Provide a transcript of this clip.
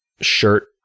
shirt